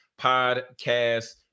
podcast